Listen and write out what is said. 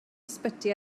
ysbyty